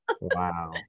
Wow